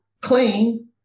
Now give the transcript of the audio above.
clean